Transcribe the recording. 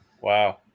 Wow